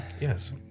Yes